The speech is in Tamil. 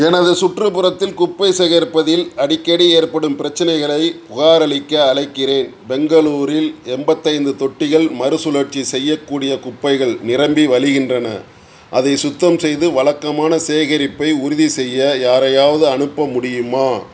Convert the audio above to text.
எனது சுற்றுப்புறத்தில் குப்பை சேகரிப்பதில் அடிக்கடி ஏற்படும் பிரச்சினைகளைப் புகாரளிக்க அழைக்கிறேன் பெங்களூரில் எண்பத்து ஐந்து தொட்டிகள் மறு சுழற்சி செய்யக்கூடிய குப்பைகள் நிரம்பி வழிகின்றன அதைச் சுத்தம் செய்து வழக்கமான சேகரிப்பை உறுதி செய்ய யாரையாவது அனுப்ப முடியுமா